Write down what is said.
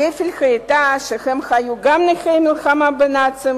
הכפל היה שהם היו גם נכי המלחמה בנאצים